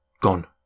Gone